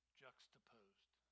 juxtaposed